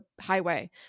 highway